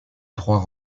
droit